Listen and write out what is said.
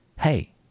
Hey